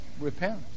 Repent